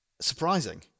surprising